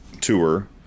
tour